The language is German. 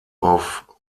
auf